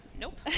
Nope